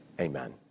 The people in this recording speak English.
Amen